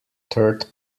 third